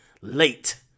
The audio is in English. late